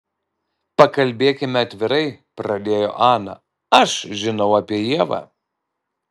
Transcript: pakalbėkime atvirai pradėjo ana aš žinau apie ievą